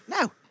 No